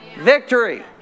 Victory